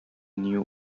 new